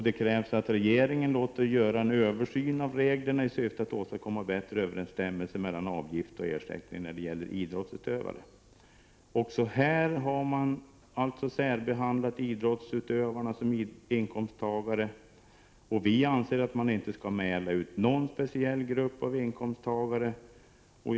Det krävs att regeringen låter göra en översyn av reglerna i syfte att åstadkomma bättre överensstämmelse mellan avgift och ersättning när det gäller idrottsutövare. Också här har man särbehandlat idrottsutövarna som inkomsttagare. Vi anser att man inte skall mäla ut någon speciell grupp av inkomsttagare. Herr talman!